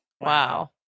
wow